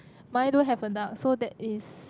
mine don't have a duck so that is